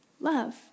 love